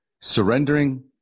surrendering